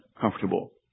comfortable